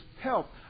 help